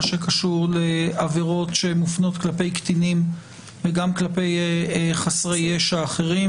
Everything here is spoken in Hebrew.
שקשור לעבירות שמופנות כלפי קטינים וגם כלפי חסרי ישע אחרים,